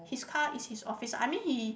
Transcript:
his car is his office I mean he